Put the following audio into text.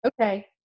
okay